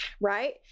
right